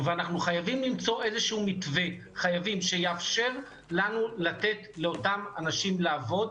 אנחנו חייבים למצוא איזשהו מתווה שיאפשר לנו לתת לאותם אנשים לעבוד,